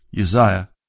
Uzziah